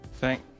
thank-